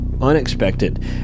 unexpected